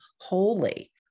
holy